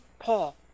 Paul